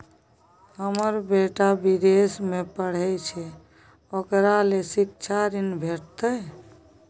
हमर बेटा विदेश में पढै छै ओकरा ले शिक्षा ऋण भेटतै?